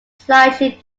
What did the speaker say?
slightly